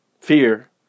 Fear